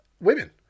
women